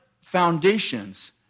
foundations